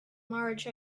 march